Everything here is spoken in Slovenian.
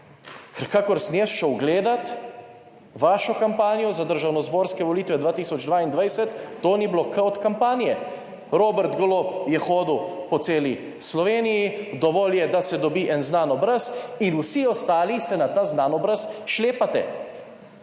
kakor sem jaz šel gledati vašo kampanjo za državnozborske volitve 2022, to ni bilo K od kampanje, Robert Golob je hodil po celi Sloveniji, dovolj je, da se dobi en znan obraz in vsi ostali se na ta znan obraz šlepate.